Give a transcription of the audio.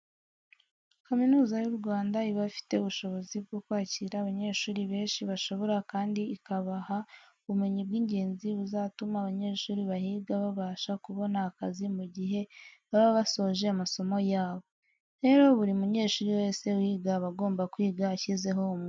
Kaminuza y'u Rwanda iba ifite ubushobozi bwo kwakira abanyeshuri benshi bashoboka kandi ikabaha ubumenyi bw'ingenzi buzatuma abanyeshuri bahiga babasha kubona akazi mu gihe baba basoje amasomo yabo. Rero buri munyeshuri wese uhiga aba agomba kwiga ashyizeho umwete.